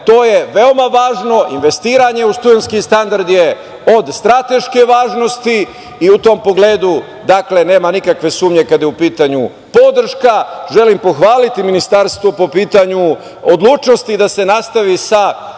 to je veoma važno. Investiranje u studentski standard je od strateške važnosti i u tom pogledu, dakle, nema nikakve sumnje kada je u pitanju podrška. Želim pohvaliti ministarstvo po pitanju odlučnosti da se nastavi sa